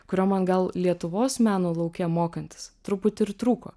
kurio man gal lietuvos meno lauke mokantis truputį ir trūko